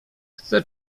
chce